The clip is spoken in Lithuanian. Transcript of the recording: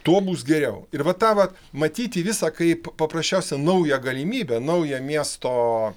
tuo bus geriau ir va ta vat matyti visą kaip paprasčiausią naują galimybę naują miesto